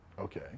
Okay